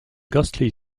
ghostly